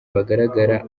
bagaragara